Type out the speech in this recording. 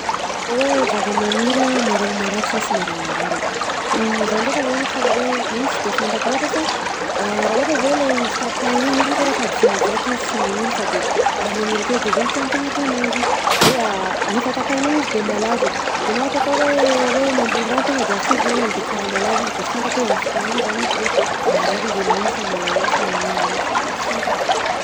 Le hoe zavamagniry a maregny marary sa sy maregny marary e zah ndreka zany karaha hoe iny sy de fantako laotra fa raha ohatra zao le izy tapahina iny izy moko arô sady tsy mizaka sy manino fa raha maniry akeo izy de zegny tiàntena atao ananjy de rehefa tapahina iny izy de malazo de na ohatra ko hoe hoe mamboly raha tena de afindra namany de karaha malazo izy de sy fatako hoe amin'ny fotoana ina zany izy hoe marary izy amin'iny sa malahelo sa magnino iny sy le sy fantako.